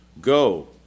Go